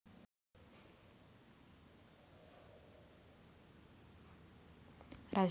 राष्ट्रीय इलेक्ट्रॉनिक निधी हस्तांतरण नोव्हेंबर दोन हजार पाँच मध्ये सुरू झाले